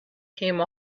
came